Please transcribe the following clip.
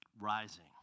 rising